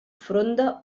fronda